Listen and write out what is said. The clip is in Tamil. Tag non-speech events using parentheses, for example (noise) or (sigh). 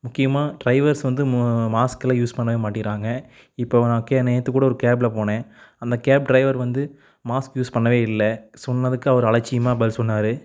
முக்கியமாக டிரைவர்ஸ் வந்து மு மாஸ்க்லாம் யூஸ் பண்ணவே மாட்டேங்கிறாங்க இப்போது (unintelligible) நேற்று கூட ஒரு கேப்ல போனேன் அந்த கேப் டிரைவர் வந்து மாஸ்க் யூஸ் பண்ணவே இல்லை சொன்னதுக்கு அவர் அலட்சியமாக பதில் சொன்னார்